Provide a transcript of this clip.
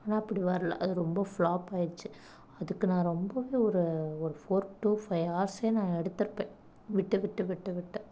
ஆனால் அப்படி வரல அது ரொம்ப ஃப்ளாப் ஆயிடுச்சி அதுக்கு நான் ரொம்பவே ஒரு ஒரு ஃபோர் டூ ஃபைவ் ஹார்ஸே நான் எடுத்திருப்பேன் விட்டு விட்டு விட்டு விட்டு